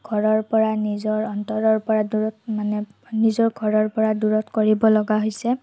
ঘৰৰ পৰা নিজৰ অন্তৰৰ পৰা দূৰৈত মানে নিজৰ ঘৰৰ পৰা দূৰৈত কৰিব লগা হৈছে